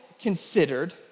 considered